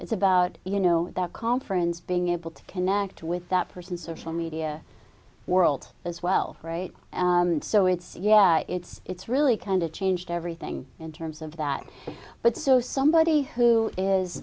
it's about you know that conference being able to connect with that person social media world as well right so it's yeah it's really kind of changed everything in terms of that but so is somebody who